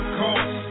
cost